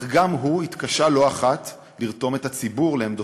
גם הוא התקשה לא אחת לרתום את הציבור לעמדותיו,